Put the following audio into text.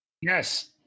Yes